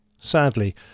Sadly